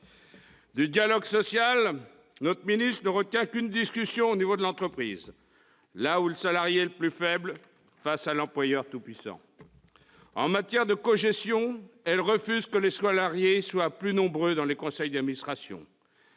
Du dialogue social, notre ministre ne retient qu'une discussion au niveau de l'entreprise, là où le salarié est le plus faible face à l'employeur tout-puissant. En matière de cogestion, elle refuse que les salariés soient plus nombreux dans les conseils d'administration.